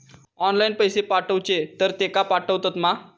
Online पैसे पाठवचे तर तेका पावतत मा?